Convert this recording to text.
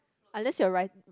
unless you are right